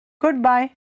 Goodbye